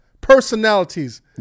personalities